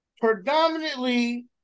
predominantly